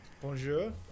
bonjour